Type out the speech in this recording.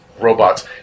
robots